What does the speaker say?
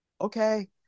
okay